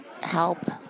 help